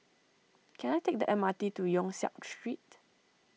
can I take the M R T to Yong Siak Street